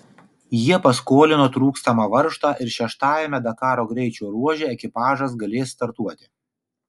jie paskolino trūkstamą varžtą ir šeštajame dakaro greičio ruože ekipažas galės startuoti